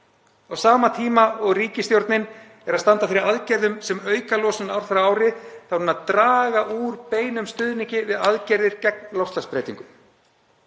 Á sama tíma og ríkisstjórnin stendur fyrir aðgerðum sem auka losun ár frá ári er hún að draga úr beinum stuðningi við aðgerðir gegn loftslagsbreytingum.